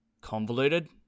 convoluted